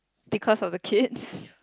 because of the kid